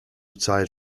tired